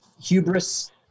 hubris